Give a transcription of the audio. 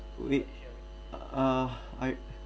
wait uh I